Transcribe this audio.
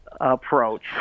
approach